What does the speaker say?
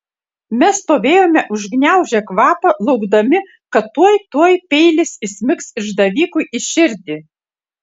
mes stovėjome užgniaužę kvapą laukdami kad tuoj tuoj peilis įsmigs išdavikui į širdį